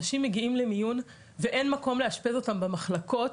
אנשים מגיעים למיון ואין מקום לאשפז אותם במחלקות,